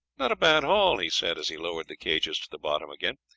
not a bad haul, he said as he lowered the cages to the bottom again.